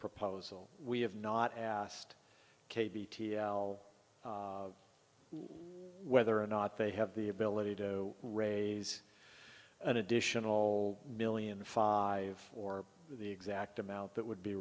proposal we have not asked k b t l whether or not they have the ability to raise an additional million five or the exact amount that would be